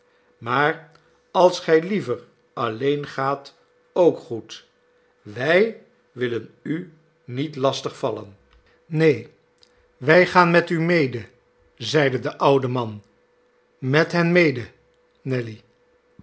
maar als gij liever alleen gaat ook goed wij willen u niet lastig vallen nelly neen wij gaan met u mede zeide de oude man met hen mede nelly